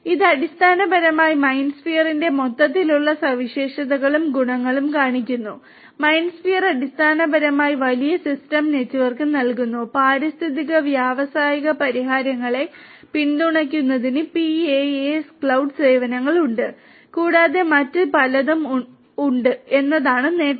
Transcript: ഇത് അടിസ്ഥാനപരമായി MindSphere ന്റെ മൊത്തത്തിലുള്ള സവിശേഷതകളും ഗുണങ്ങളും കാണിക്കുന്നു MindSphere അടിസ്ഥാനപരമായി വലിയ സിസ്റ്റം നെറ്റ്വർക്ക് നൽകുന്നു പാരിസ്ഥിതിക വ്യാവസായിക പരിഹാരങ്ങളെ പിന്തുണയ്ക്കുന്നതിന് PaaS ക്ലൌഡ് സേവനങ്ങളുണ്ട് കൂടാതെ മറ്റു പലതും ഉണ്ട് എന്നതാണ് നേട്ടങ്ങൾ